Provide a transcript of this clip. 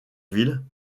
ville